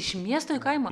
iš miesto į kaimą